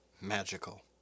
magical